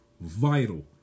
vital